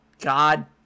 God